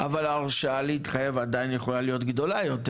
אבל ההרשאה להתחייב עדיין יכולה להיות גדולה יותר,